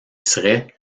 serait